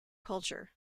culture